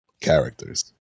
characters